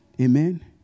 Amen